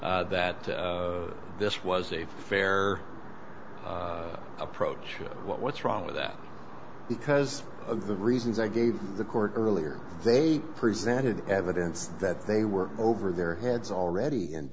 action that this was a fair approach what what's wrong with that because of the reasons i gave the court earlier they presented evidence that they were over their heads already and